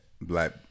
black